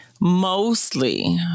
mostly